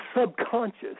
subconscious